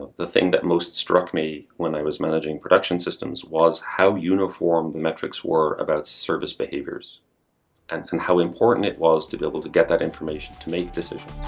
the thing that most struck me when i was managing production systems was how uniform metrics were about service behaviors and how important it was to be able to get that information to make decisions.